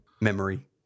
memory